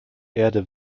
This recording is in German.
erde